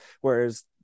Whereas